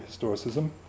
historicism